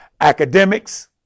Academics